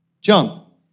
Jump